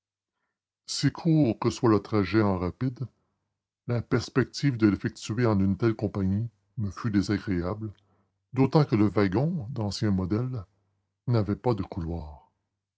si court que soit le trajet en rapide la perspective de l'effectuer en une telle compagnie me fut désagréable d'autant que le wagon d'ancien modèle n'avait pas de couloir